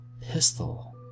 pistol